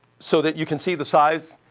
so that you can see the size,